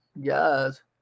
Yes